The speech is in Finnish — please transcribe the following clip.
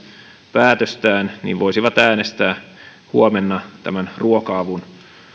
päätöstään voisivat äänestää huomenna tämän ruoka avun